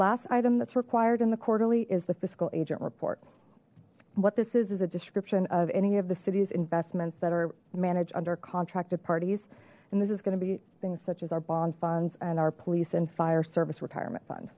last item that's required in the quarterly is the fiscal agent report what this is is a description of any of the city's investments that are managed under contracted parties and is going to be things such as our bond funds and our police and fire service retirement fund